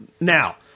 Now